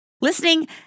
Listening